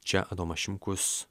čia adomas šimkus